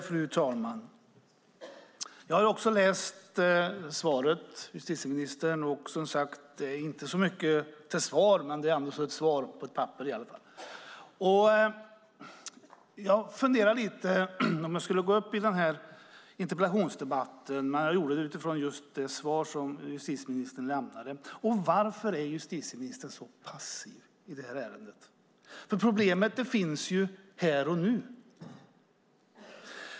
Fru talman! Jag har också tagit del av justitieministerns svar. Det är inte mycket till svar, men det är ett svar på papper. Jag har funderat över om jag skulle gå upp i denna interpellationsdebatt, och jag har gjort det utifrån det svar justitieministern har lämnat. Varför är justitieministern så passiv i ärendet? Problemet finns här och nu.